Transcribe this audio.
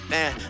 Man